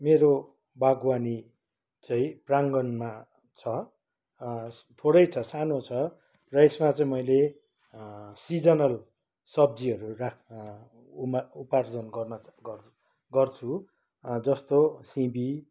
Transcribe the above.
मेरो बागवानी चाहिँ प्राङ्गणमा छ थोरै छ सानो छ र यसमा चाहिँ मैले सिजनल सब्जीहरू राख्न उसमा उपार्जन गर्ने गर्छु जस्तो सिँबी